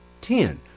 ten